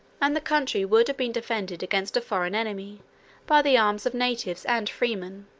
and the country would have been defended against a foreign enemy by the arms of natives and freemen.